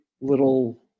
little